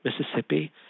Mississippi